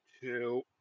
two